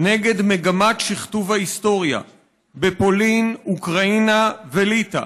נגד מגמת שכתוב ההיסטוריה בפולין, אוקראינה וליטא,